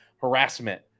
harassment